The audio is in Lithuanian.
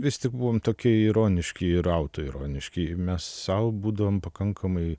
vis tik buvom tokie ironiški ir autoironiški mes sau būdavom pakankamai